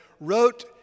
wrote